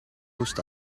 moest